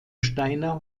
steiner